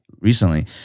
recently